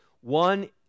One